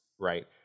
right